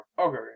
okay